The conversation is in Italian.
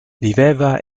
viveva